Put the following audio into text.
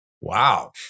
wow